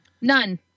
None